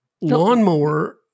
lawnmower